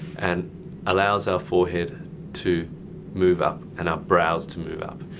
and allows our forehead to move up and our brows to move up.